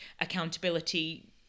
accountability